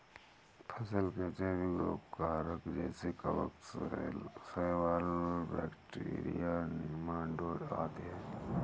फसल के जैविक रोग कारक जैसे कवक, शैवाल, बैक्टीरिया, नीमाटोड आदि है